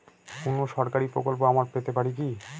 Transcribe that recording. কোন সরকারি প্রকল্প আমরা পেতে পারি কি?